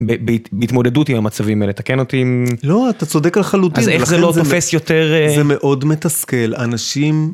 בהתמודדות עם המצבים האלה, תקן אותי עם... לא, אתה צודק לחלוטין. אז איך זה לא תופס יותר... זה מאוד מתסכל, אנשים...